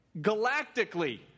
galactically